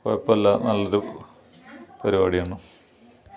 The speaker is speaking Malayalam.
കുഴപ്പമില്ല നല്ലൊരു പരിപാടിയാണ്